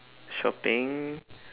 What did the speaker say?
shopping